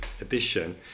edition